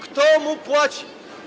Kto mu płaci?